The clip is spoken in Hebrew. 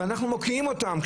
אבל אנחנו מוקיעים אותם.